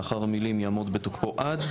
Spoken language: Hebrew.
לאחר המילים "יעמוד בתוקפו עד",